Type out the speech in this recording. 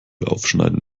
aufschneiden